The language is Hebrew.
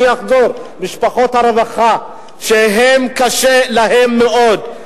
אני אחזור: משפחות הרווחה, שקשה להן מאוד.